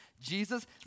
Jesus